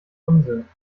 unsinn